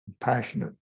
passionate